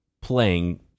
playing